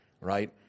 right